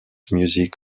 music